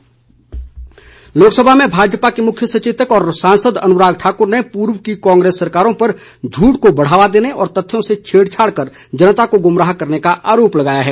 अनुराग ठाकुर लोकसभा में भाजपा के मुख्य सचेतक और सांसद अनुराग ठाकुर ने पूर्व की कांग्रेस सरकारों पर झूठ को बढ़ावा देने व तथ्यों से छेड़छाड़ कर जनता को गुमराह करने का आरोप लगाया है